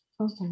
Okay